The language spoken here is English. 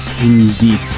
indeed